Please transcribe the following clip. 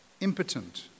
impotent